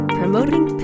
promoting